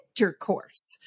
intercourse